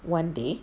one day